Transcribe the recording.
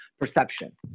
perception